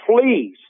please